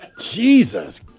Jesus